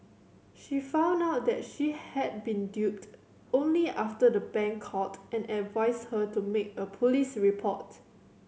she found out that she had been duped only after the bank called and advised her to make a police report